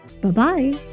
Bye-bye